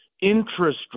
interest